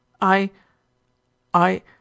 I—I—